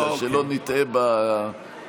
שלא נטעה בכוונות.